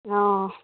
हँ